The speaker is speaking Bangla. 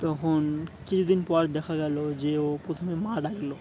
তখন কিছুদিন পর দেখা গেল যে ও প্রথমে মা ডাকলো